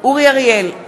אורי אריאל,